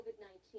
COVID-19